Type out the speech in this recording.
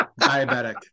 Diabetic